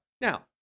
now